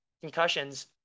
concussions